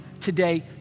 today